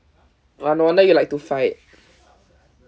ah no wonder you like to fight